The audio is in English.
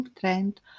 trend